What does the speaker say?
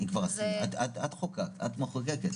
את מחוקקת.